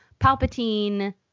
Palpatine